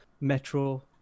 Metro